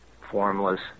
formless